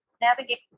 navigate